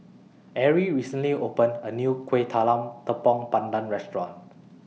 Arie recently opened A New Kueh Talam Tepong Pandan Restaurant